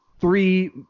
three